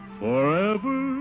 forever